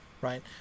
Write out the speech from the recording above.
Right